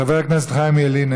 חבר הכנסת חיים ילין,